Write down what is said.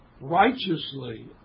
righteously